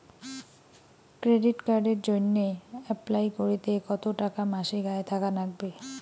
Credit কার্ডের জইন্যে apply করিতে কতো টাকা মাসিক আয় থাকা নাগবে?